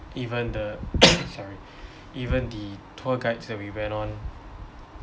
even the sorry even the tour guides that we went on